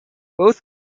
both